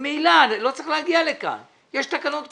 ממילא לא צריך להגיע לכאן כי יש תקנות קבועות.